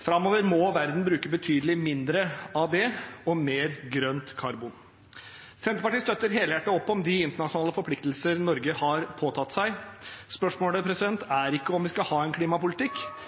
Framover må verden bruke betydelig mindre av det og mer grønt karbon. Senterpartiet støtter helhjertet opp om de internasjonale forpliktelsene Norge har påtatt seg. Spørsmålet er ikke om vi skal ha en klimapolitikk,